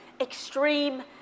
extreme